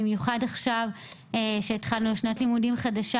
במיוחד עכשיו כשהתחלנו שנת לימודים חדשה